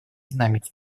динамике